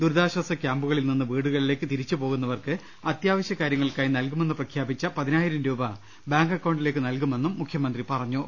ദുരിതാശ്വാസ ക്യാംപുകളിൽ നിന്ന് വീടുക ളിലേക്ക് തിരിച്ച് പോവുന്നവർക്ക് അത്യാവശ്യ കാര്യങ്ങൾക്കായി നൽകുമെന്ന് പ്രഖ്യാപിച്ച പതിനായിരം രൂപ ബാങ്ക് അക്കൌണ്ടിലേക്ക് നൽകുമെന്നും മുഖ്യമന്ത്രി പറഞ്ഞു